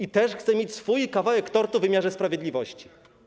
Może też chce mieć swój kawałek tortu w wymiarze sprawiedliwości.